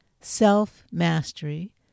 self-mastery